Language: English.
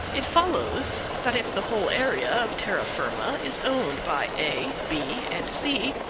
it follows that if the whole area of terra firma is owned by a, b and c,